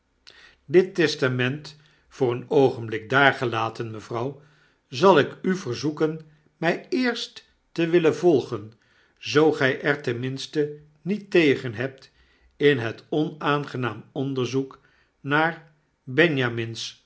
dit testament voor een oogenblik daargelaten mevrouw zal ik u verzoeken mij eerst tewillen volgen zoo gg er ten minste niet tegen hebt in het onaangenaam onderzoek naar benjamin's